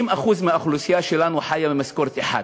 60% מהאוכלוסייה שלנו חיה ממשכורת אחת.